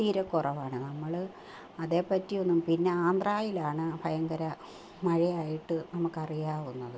തീരെ കുറവാണ് നമ്മൾ അതേപ്പറ്റിയൊന്നും പിന്നെ ആന്ധ്രയിലാണ് ഭയങ്കര മഴയായിട്ടു നമുക്കറിയാവുന്നത്